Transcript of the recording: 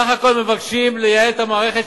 בסך הכול מבקשים לייעל את המערכת,